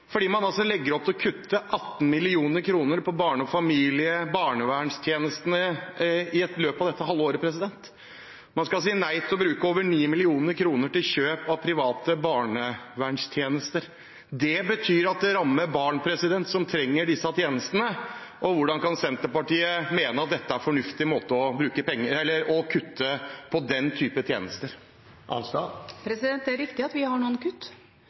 man legger altså opp til å kutte 18 mill. kr for barn og familier og for barnevernstjenestene i løpet av dette halve året. Man skal si nei til å bruke over 9 mill. kr til kjøp av private barnevernstjenester. Det rammer barn som trenger disse tjenestene. Hvordan kan Senterpartiet mene at det er fornuftig å kutte i den typen tjenester? Det er riktig at vi har noen kutt.